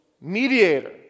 Mediator